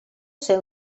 sei